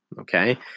Okay